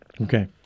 Okay